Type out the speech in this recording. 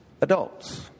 adults